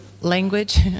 language